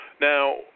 Now